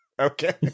okay